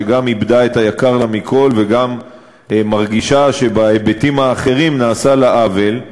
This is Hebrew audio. שגם איבדה את היקר לה מכול וגם מרגישה שבהיבטים האחרים נעשה לה עוול.